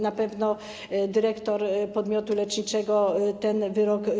Na pewno dyrektor podmiotu leczniczego wykona ten wyrok.